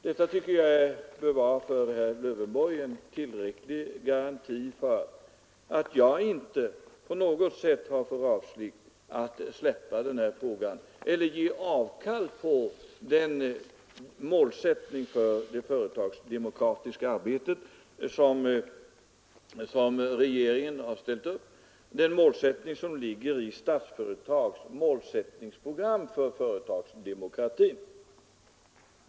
Detta tycker jag för herr Lövenborg borde vara en tillräcklig garanti för att jag inte på något sätt har för avsikt att släppa den här frågan eller göra avkall på den målsättning för det företagsdemokratiska arbetet som regeringen har satt upp och som ligger i Statsföretags målsättningsprogram för företagsdemokratin.